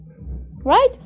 Right